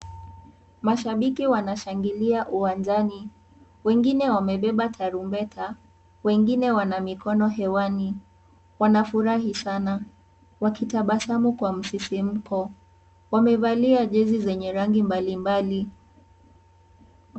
Mashabiki wanashangilia uwanjani wengine wamebeba tarumbeta wengine wana mikono hewani wanafurahi sana, wakitabasamu kwa msisimuko wamevalia jezi zenye rangi mbalimbali.